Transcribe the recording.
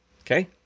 Okay